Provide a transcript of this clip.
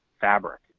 fabric